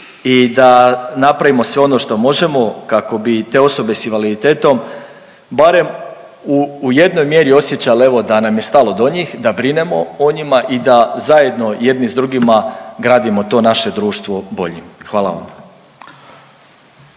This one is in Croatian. i da napravimo sve ono što možemo kako bi te osobe sa invaliditetom barem u jednoj mjeri osjećale evo da nam je stalo do njih, da brinemo o njima i da zajedno jedni sa drugima gradimo to naše društvo boljim. Hvala vam.